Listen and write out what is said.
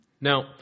Now